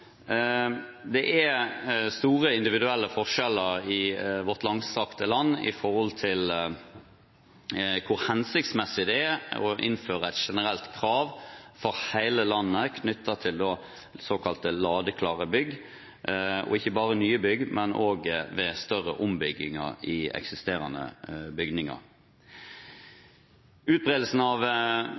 Det er store individuelle forskjeller i vårt langstrakte land når det gjelder hvor hensiktsmessig det er å innføre et generelt krav i hele landet for såkalte ladeklare bygg, og da ikke bare nye bygg, men også ved større ombygginger i eksisterende bygninger. Utbredelsen av